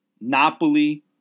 Napoli